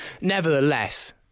nevertheless